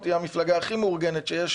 תהיה המפלגה הכי מאורגנת שיש,